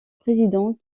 président